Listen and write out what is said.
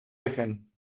dejen